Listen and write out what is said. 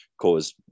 cause